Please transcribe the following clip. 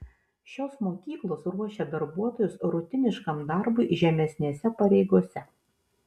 šios mokyklos ruošia darbuotojus rutiniškam darbui žemesnėse pareigose